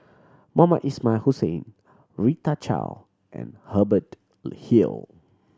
Mohamed Ismail Hussain Rita Chao and Hubert Hill